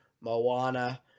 Moana